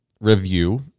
review